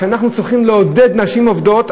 אנחנו צריכים לעודד נשים עובדות,